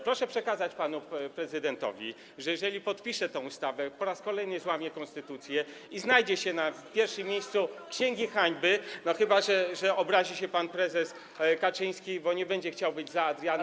Proszę przekazać panu prezydentowi, że jeżeli podpisze tę ustawę, po raz kolejny złamie konstytucję i znajdzie się na pierwszym miejscu księgi hańby, no chyba że obrazi się pan prezes Kaczyński, bo nie będzie chciał być za Adrianem.